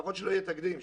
שלפחות לא יהיה תקדים,